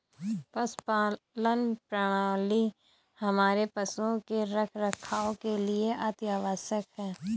पशुपालन प्रणाली हमारे पशुओं के रखरखाव के लिए अति आवश्यक है